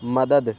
مدد